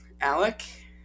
Alec